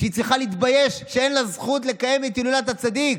שהיא צריכה להתבייש שאין לה זכות לקיים את הילולת הצדיק.